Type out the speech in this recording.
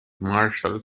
marshal